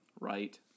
Right